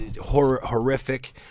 horrific